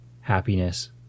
happiness